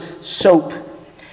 soap